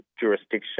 jurisdiction